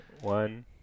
one